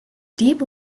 deep